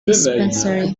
dispensary